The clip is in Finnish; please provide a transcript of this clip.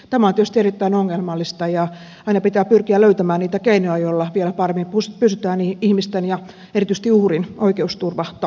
tämä on tietysti erittäin ongelmallista ja aina pitää pyrkiä löytämään niitä keinoja joilla vielä paremmin pystytään ihmisten ja erityisesti uhrin oikeusturva takaamaan